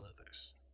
others